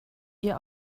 ihr